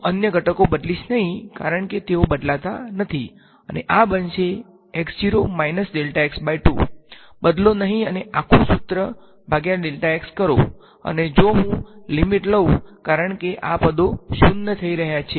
હું અન્ય ઘટકો બદલીશ નહી કારણ કે તેઓ બદલાતા નથી આ બનશે બદલો નહીં અને આખુ સુત્ર ભાગ્યા કરો અને જો હું લીમીટ લઉં કારણ કે આ પદો શૂન્ય થઈ રહ્યા છે